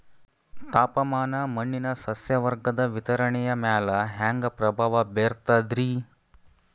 ತಾಪಮಾನ ಮಣ್ಣಿನ ಸಸ್ಯವರ್ಗದ ವಿತರಣೆಯ ಮ್ಯಾಲ ಹ್ಯಾಂಗ ಪ್ರಭಾವ ಬೇರ್ತದ್ರಿ?